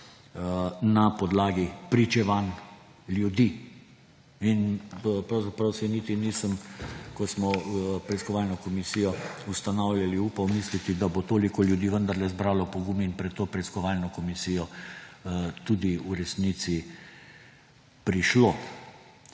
na podlagi pričevanj ljudi. In pravzaprav si niti nisem, ko smo preiskovalno komisijo ustanavljali, upal misliti, da bo toliko ljudi vendarle zbralo pogum in pred to preiskovalno komisijo tudi v resnici prišlo.